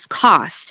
cost